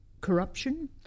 corruption